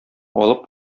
алып